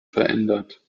verändert